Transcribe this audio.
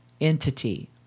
entity